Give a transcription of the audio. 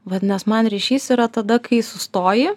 vadinas man ryšys yra tada kai sustoji